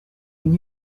une